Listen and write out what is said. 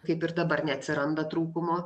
kaip ir dabar neatsiranda trūkumo